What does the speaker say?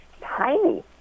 tiny